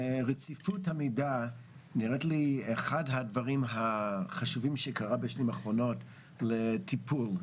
רציפות המידע נראית לי אחד הדברים החשובים שקרא בשנים האחרונות לטיפול.